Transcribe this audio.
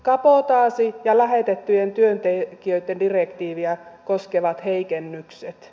kabotaasi ja lähetettyjen työntekijöitten direktiiviä koskevat heikennykset